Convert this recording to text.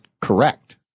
correct